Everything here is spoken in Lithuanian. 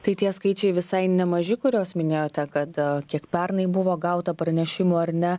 tai tie skaičiai visai nemaži kuriuos minėjote kad kiek pernai buvo gauta pranešimų ar ne